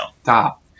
Stop